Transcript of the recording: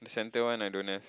center one I don't have